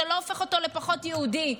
זה לא הופך אותו לפחות יהודי.